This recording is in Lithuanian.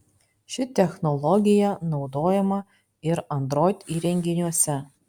ši technologija naudojama ir android įrenginiuose